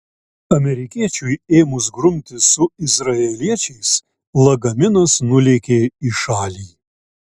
amerikiečiui ėmus grumtis su izraeliečiais lagaminas nulėkė į šalį